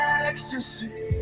ecstasy